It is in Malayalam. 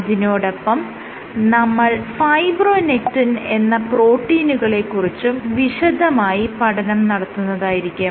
അതിനോടൊപ്പം നമ്മൾ ഫൈബ്രോനെക്റ്റിൻ എന്ന പ്രോട്ടീനുകളെ കുറിച്ചും വിശദമായി പഠനം നടത്തുന്നതായിരിക്കും